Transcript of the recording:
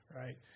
right